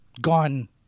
gone